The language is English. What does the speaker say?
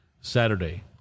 Saturday